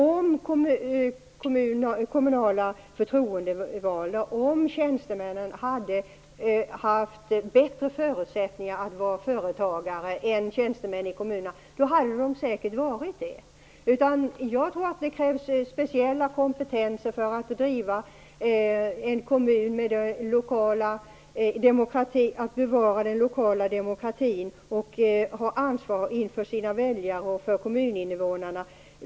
Om kommunalt förtroendevalda och tjänstemän hade haft bättre förutsättningar att vara företagare, hade de säkert varit det. Jag tror att det krävs speciell kompetens för att bevara den kommunala demokratin och ha ansvar inför sina väljare och kommuninnevånarna.